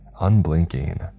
unblinking